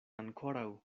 ankoraŭ